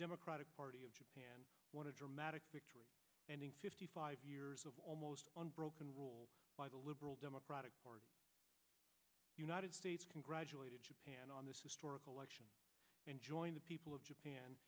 democratic party of japan won a dramatic ending fifty five years of almost one broken rule by the liberal democratic party united states congratulated japan on this historic election and joined the people of japan